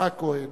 יצחק כהן.